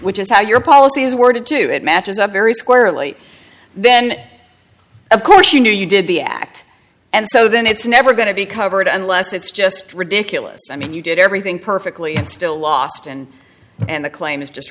which is how your policy is worded to it matches up very squarely then of course you knew you did the act and so then it's never going to be covered unless it's just ridiculous i mean you did everything perfectly and still lost and and the claim is just